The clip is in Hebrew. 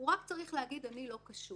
הוא רק צריך להגיד: אני לא קשור.